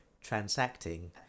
transacting